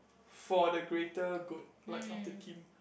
for the greater good like of the team